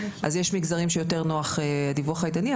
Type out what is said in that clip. אז יש מגזרים שיותר נוח הדיווח הידני,